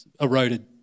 eroded